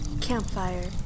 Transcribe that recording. Campfire